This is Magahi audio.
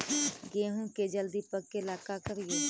गेहूं के जल्दी पके ल का करियै?